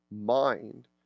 mind